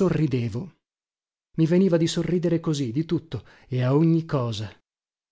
orridevo i veniva di sorridere così di tutto e a ogni cosa